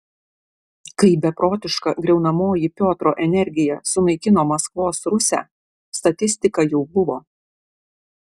kai beprotiška griaunamoji piotro energija sunaikino maskvos rusią statistika jau buvo